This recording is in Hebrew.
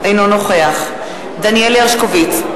אינו נוכח דניאל הרשקוביץ,